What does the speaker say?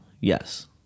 Yes